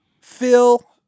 Phil